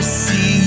see